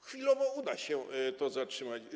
Chwilowo uda się to zatrzymać.